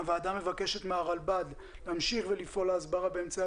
הוועדה מבקשת מהרלב"ד להמשיך ולפעול להסברה באמצעי